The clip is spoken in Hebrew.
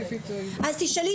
אז תשאלי שאלה.